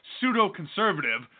pseudo-conservative